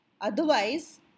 otherwise